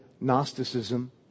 Gnosticism